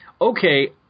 okay